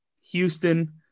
Houston